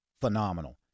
phenomenal